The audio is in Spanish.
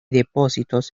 depósitos